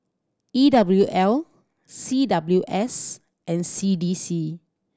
E W L C W S and C D C